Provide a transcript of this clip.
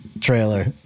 trailer